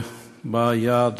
ובאה יד